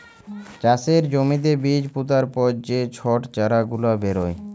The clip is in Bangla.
চাষের জ্যমিতে বীজ পুতার পর যে ছট চারা গুলা বেরয়